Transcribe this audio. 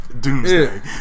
Doomsday